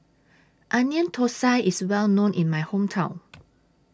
Onion Thosai IS Well known in My Hometown